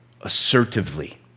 assertively